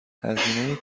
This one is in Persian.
هزینه